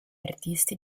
artisti